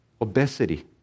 obesity